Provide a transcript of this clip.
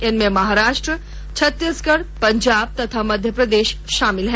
इनमें महाराष्ट्र छत्तीसगढ़ पंजाब तथा मध्य प्रदेश शामिल हैं